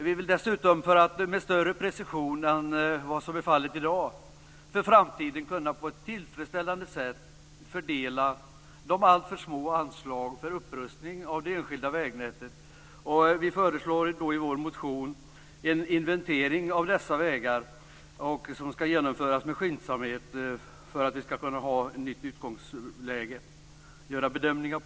För att för framtiden med större precision än vad som är fallet i dag och på ett tillfredsställande sätt kunna fördela de alltför små anslagen för upprustning av det enskilda vägnätet, föreslår vi i vår motion att en inventering av dessa vägar genomförs med skyndsamhet så att vi kan få ett nytt utgångsläge för att göra bedömningar.